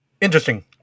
Interesting